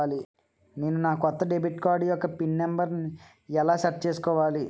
నేను నా కొత్త డెబిట్ కార్డ్ యెక్క పిన్ నెంబర్ని ఎలా సెట్ చేసుకోవాలి?